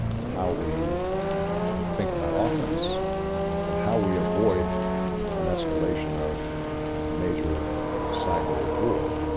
how we think about offense and how we avoid an escalation of a major cyber war,